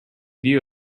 view